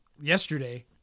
yesterday